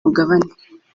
mugabane